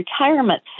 Retirement